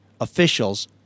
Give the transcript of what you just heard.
officials